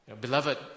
Beloved